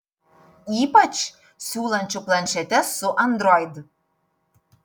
ypač siūlančių planšetes su android